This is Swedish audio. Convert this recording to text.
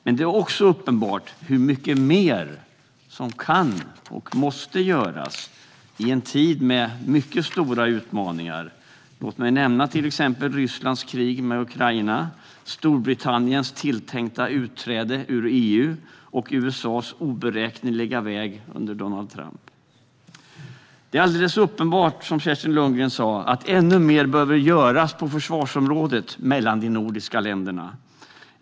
Men det är också uppenbart hur mycket mer som kan göras i en tid med mycket stora utmaningar. Låt mig nämna Rysslands krig med Ukraina, Storbritanniens tilltänkta utträde ur EU och USA:s oberäkneliga väg under Donald Trump. Det är, som Kerstin Lundgren sa, alldeles uppenbart att ännu mer behöver göras på försvarsområdet mellan de nordiska länderna.